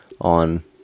on